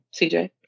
CJ